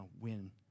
win